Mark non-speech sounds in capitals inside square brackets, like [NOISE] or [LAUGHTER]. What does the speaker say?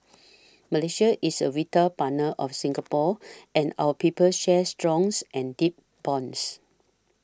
Malaysia is a vital partner of Singapore and our peoples shares strong [UNINTELLIGIBLE] and deep bonds